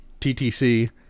TTC